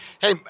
Hey